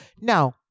No